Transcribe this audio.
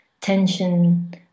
tension